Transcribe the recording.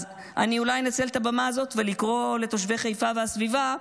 אז אני אולי אנצל את הבמה הזאת לקרוא לתושבי חיפה והסביבה: